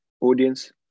audience